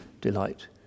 delight